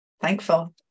thankful